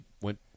went